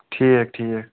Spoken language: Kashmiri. ٹھیٖک ٹھیٖک